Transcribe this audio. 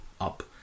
up